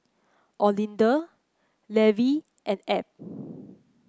Olinda Levie and Ab